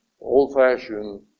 old-fashioned